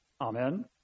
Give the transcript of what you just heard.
Amen